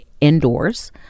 indoors